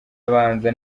abanza